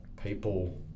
people